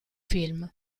film